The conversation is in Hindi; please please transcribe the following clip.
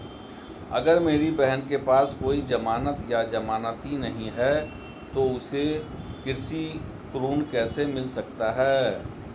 अगर मेरी बहन के पास कोई जमानत या जमानती नहीं है तो उसे कृषि ऋण कैसे मिल सकता है?